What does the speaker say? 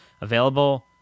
available